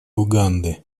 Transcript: уганды